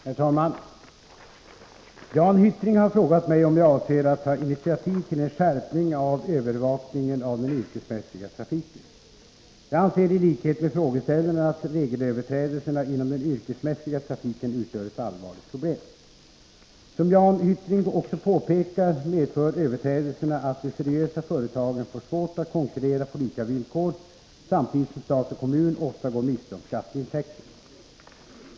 Herr talman! Jan Hyttring har frågat mig om jag avser att ta initiativ till en skärpning av övervakningen av den yrkesmässiga trafiken. Jag anser i likhet med frågeställaren att regelöverträdelserna inom den yrkesmässiga trafiken utgör ett allvarligt problem. Som Jan Hyttring också påpekar medför överträdelserna att de seriösa företagen får svårt att konkurrera på lika villkor, samtidigt som stat och kommun ofta går miste om skatteintäkter.